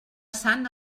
sant